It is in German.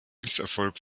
misserfolg